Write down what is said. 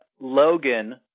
Logan